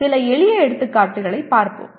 சில எளிய எடுத்துக்காட்டுகளைப் பார்ப்போம்